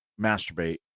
masturbate